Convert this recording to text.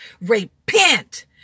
repent